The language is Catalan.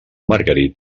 margarit